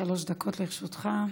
שלוש דקות לרשותך.